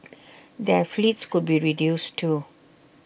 their fleets could be reduced too